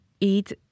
eat